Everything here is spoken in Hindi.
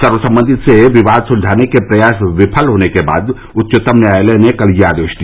सर्वसम्मति से विवाद सुलझाने के प्रयास विफल हो जाने के बाद उच्चतम न्यायालय ने कल यह आदेश दिया